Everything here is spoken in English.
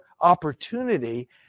opportunity